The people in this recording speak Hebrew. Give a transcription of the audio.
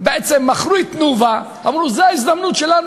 אצל ראש הממשלה, אצל כל